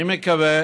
אני מקווה